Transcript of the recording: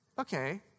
okay